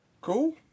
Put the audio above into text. Cool